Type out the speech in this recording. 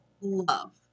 love